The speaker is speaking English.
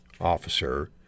officer